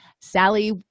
Sally